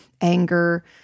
anger